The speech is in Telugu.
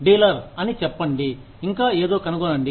డీలర్ అని చెప్పండి ఇంకా ఏదో కనుగొనండి